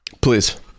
Please